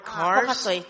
cars